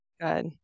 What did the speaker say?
good